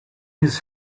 his